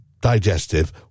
digestive